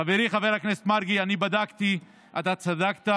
חברי חבר הכנסת מרגי, אני בדקתי, אתה צדקת.